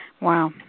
Wow